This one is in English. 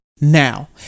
now